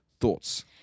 Thoughts